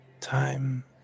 Time